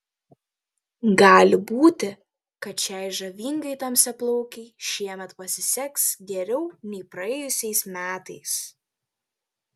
gali būti kad šiai žavingai tamsiaplaukei šiemet pasiseks geriau nei praėjusiais metais